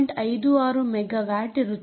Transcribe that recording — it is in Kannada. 56 ಮೆಗಾ ವ್ಯಾಟ್ ಇರುತ್ತದೆ